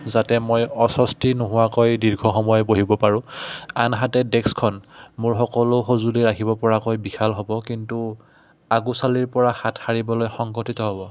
যাতে মই অস্বস্তি নোহোৱাকৈ দীৰ্ঘ সময়ে বহিব পাৰোঁ আনহাতে ডেস্কখন মোৰ সকলো সঁজুলি ৰাখিব পৰাকৈ বিশাল হ'ব কিন্তু আগু ছালীৰ পৰা হাত সাৰিবলৈ সংকঠিত হ'ব